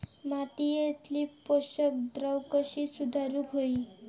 मातीयेतली पोषकद्रव्या कशी सुधारुक होई?